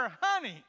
honey